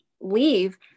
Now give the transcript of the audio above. leave